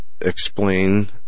explain